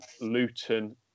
Luton